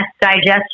digestion